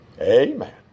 Amen